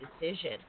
decision